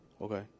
Okay